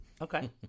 Okay